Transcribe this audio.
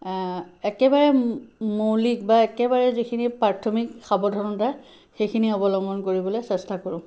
একেবাৰে মৌলিক বা একেবাৰে যিখিনি প্ৰাথমিক সাৱধানতা সেইখিনি অৱলম্বন কৰিবলে চেষ্টা কৰোঁঁ